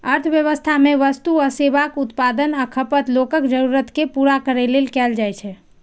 अर्थव्यवस्था मे वस्तु आ सेवाक उत्पादन आ खपत लोकक जरूरत कें पूरा करै लेल कैल जाइ छै